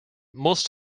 most